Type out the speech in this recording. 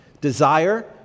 Desire